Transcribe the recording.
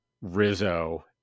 Rizzo